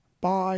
Bye